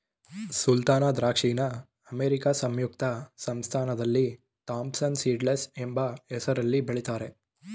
ಸುಲ್ತಾನ ದ್ರಾಕ್ಷಿನ ಅಮೇರಿಕಾ ಸಂಯುಕ್ತ ಸಂಸ್ಥಾನದಲ್ಲಿ ಥಾಂಪ್ಸನ್ ಸೀಡ್ಲೆಸ್ ಎಂಬ ಹೆಸ್ರಲ್ಲಿ ಬೆಳಿತಾರೆ